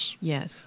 Yes